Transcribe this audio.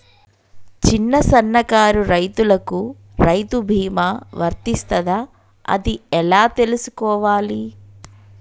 చిన్న సన్నకారు రైతులకు రైతు బీమా వర్తిస్తదా అది ఎలా తెలుసుకోవాలి?